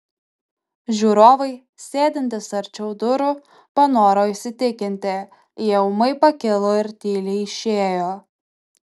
žiūrovai sėdintys arčiau durų panoro įsitikinti jie ūmai pakilo ir tyliai išėjo